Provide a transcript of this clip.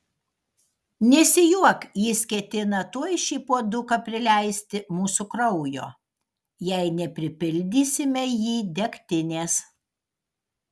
nesijuok jis ketina tuoj šį puoduką prileisti mūsų kraujo jei nepripildysime jį degtinės